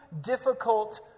difficult